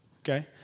Okay